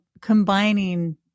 combining